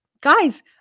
guys